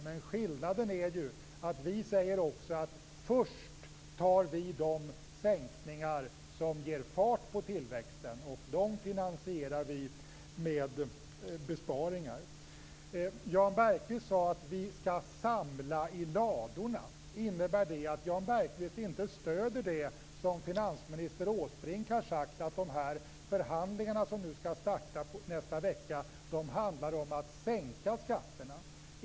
Men skillnaden är att vi säger att först tar vi de sänkningar som ger fart på tillväxten, och dessa finansierar vi med besparingar. Jan Bergqvist sade att vi skall samla i ladorna. Innebär det att Jan Bergqvist inte stöder det som finansminister Åsbrink har sagt, nämligen att förhandlingarna, som skall starta nästa vecka, handlar om att sänka skatterna?